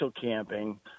camping